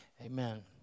Amen